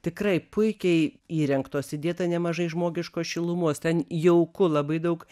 tikrai puikiai įrengtos įdėta nemažai žmogiškos šilumos ten jauku labai daug